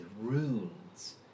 runes